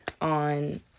on